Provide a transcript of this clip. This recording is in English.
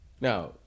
Now